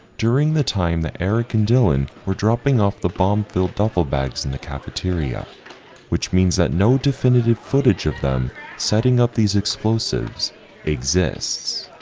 during the time that eric and dylan were dropping off the bomb filled duffel bags in the cafeteria which means that no definitive footage of them setting up these explosives exists.